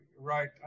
Right